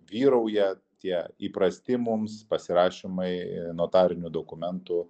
vyrauja tie įprasti mums pasirašymai notarinių dokumentų